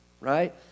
right